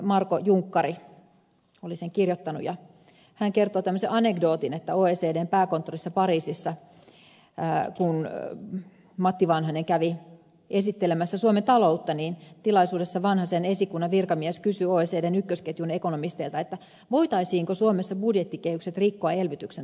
marko junkkari oli sen kirjoittanut ja hän kertoo tämmöisen anekdootin että kun matti vanhanen kävi oecdn pääkonttorissa pariisissa esittelemässä suomen taloutta niin tilaisuudessa vanhasen esikunnan virkamies kysyi oecdn ykkösketjun ekonomisteilta voitaisiinko suomessa budjettikehykset rikkoa elvytyksen takia